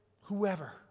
whoever